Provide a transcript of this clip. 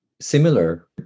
similar